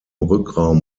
rückraum